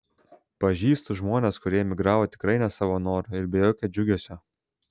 pažįstu žmones kurie emigravo tikrai ne savo noru ir be jokio džiugesio